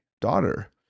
daughter